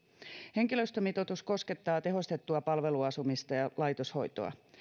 henkilöstömitoitus koskettaa tehostettua palveluasumista ja laitoshoitoa